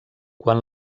quan